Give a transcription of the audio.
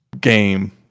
game